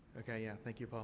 okay, yeah. thank you, paul.